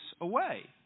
away